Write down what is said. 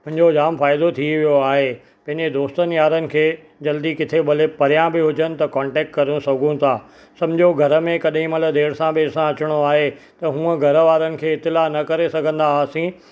पंहिंजो जाम फ़ाइदो थी वियो आहे पंहिंजे दोस्तनि यारनि खे जल्दी किथे भले परियां बि हुजनि त कोन्टेक्ट करे सघूं था समुझो घर में केॾीं महिल देरि सां बेरि सां अचिणो आहे त हूअं घर वारनि खे इतिलाउ न करे सघंदा हुआसीं